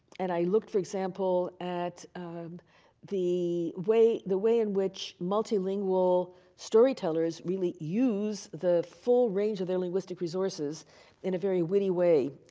and i looked, for example, at the way, the way in which multilingual storytellers really use the full range of their linguistic resources in a very witty way.